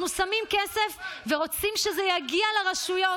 אנחנו שמים כסף ורוצים שזה יגיע לרשויות.